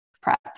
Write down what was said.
prep